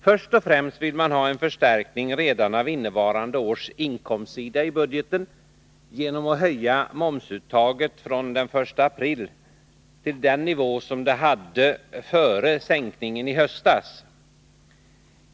Först och främst vill socialdemokraterna ha en förstärkning redan av innevarande års inkomstsida i budgeten genom en höjning av momsuttaget från den 1 april till den nivå som det hade före sänkningen i höstas.